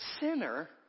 sinner